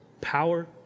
Power